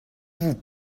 vous